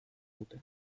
dute